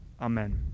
amen